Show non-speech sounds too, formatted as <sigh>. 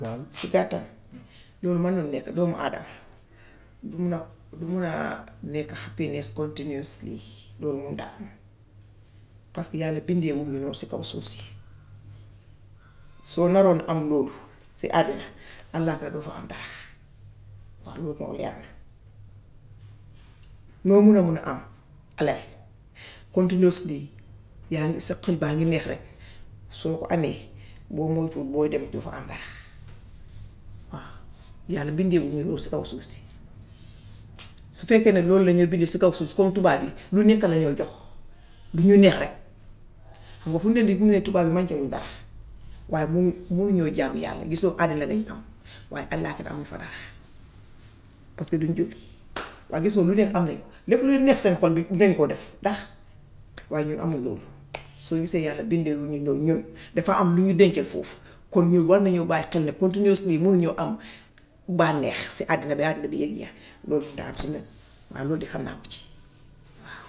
Si gàttal, loolu manul nekk, doomu aadama du mun a du mun a alal continuously. Loolu moo daa am paska yàlla bindeewunu noonu si kaw suuf si. Soo naroon am loolu si àddina, allaaxira doo fa am dara. Waaw lool moom leer na. Loo mun a mun a am alal continiously yaa ngi, sa xol baa ngi neex rekk. Soo ko amee, boo moytuwul, booy dem doo fa am dara. Yàlla bindeewuñu loolu si kaw suuf si. Su fekkee nag loolu lañoo bindee si kaw suuf si comme tubaab yi, lu nekka lañoo jox, du liy neex rekk. Xam nga fim ne nii duñ ne tubaab yi mànkewuñ dara waaye mu munuñoo jaamu yàlla. Gisoo àddina lañ am waaye allaaxiraa amuñu fa dara paska duñ julli. Waaye gisoo lu nekk am nañ ko. Lépp lu neex seen xol bi dinañ ko def ndax waaye ñun amuñu loolu. Soo gisee yàlla bindewuñu noonu ñun dafa am lum ñu dencal foofu. Kon ñun war nañu bàyyi xel ni continuously munuñoo am bànneew be àddina bi yee jeex loolu <unintelligible> waaye lool de xam naa ko si.